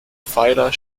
pfeiler